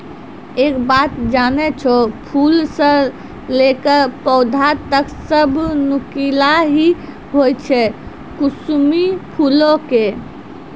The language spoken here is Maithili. एक बात जानै छौ, फूल स लैकॅ पौधा तक सब नुकीला हीं होय छै कुसमी फूलो के